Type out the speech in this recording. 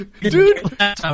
Dude